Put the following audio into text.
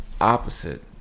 opposite